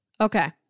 okay